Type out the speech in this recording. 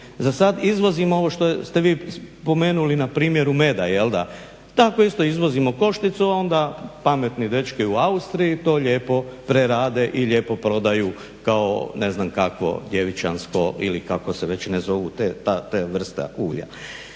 Za sada izvozimo ovo što ste vi spomenuli na primjeru meda, tako isto izvozimo košticu, a onda pametni dečki u Austriji to lijepo prerade i lijepo prodaju ne znam kakvo djevičansko ili kako se već ne zovu te vrste ulja.